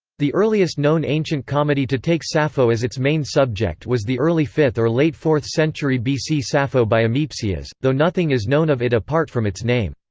the earliest known ancient comedy to take sappho as its main subject was the early-fifth or late-fourth century bc sappho by ameipsias, though nothing is known of it apart from its name.